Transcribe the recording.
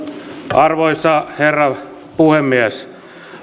arvoisa herra puhemies